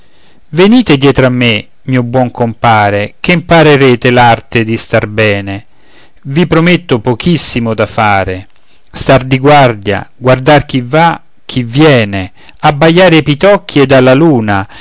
venite dietro a me mio buon compare che imparerete l'arte di star bene i prometto pochissimo da fare star di guardia guardar chi va chi viene abbaiare ai pitocchi ed alla luna